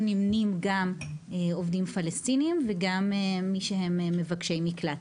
נמנים גם עובדים פלסטינים וגם מי שהם מבקשי מקלט.